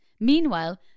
Meanwhile